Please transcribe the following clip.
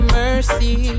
mercy